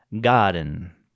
Garden